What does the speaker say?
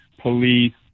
police